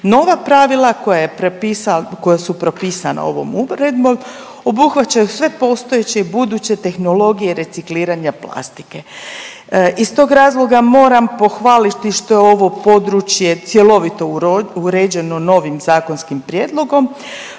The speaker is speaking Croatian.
je propisao, koja su propisana ovom uredbom obuhvaćaju sve postojeće i buduće tehnologije recikliranja plastike. Iz tog razloga moram pohvaliti što je ovo područje cjelovito uređeno novim zakonskim prijedlogom